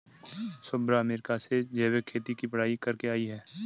Shubhra America से जैविक खेती की पढ़ाई करके आई है